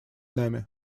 нами